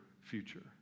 future